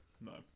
No